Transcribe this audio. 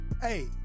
Hey